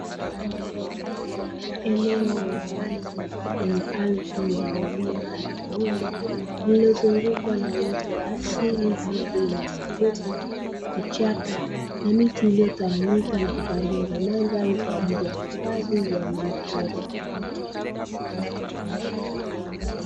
Eneo la wazi lenye ardhi yenye milima na mabonde, lililozungukwa na uote wa asili kama vile nyasi fupi, vichaka na miti iliyotawanyika na kutengeneza mandhari kwa ajili ya hifadhi ya wanyama pori.